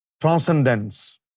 transcendence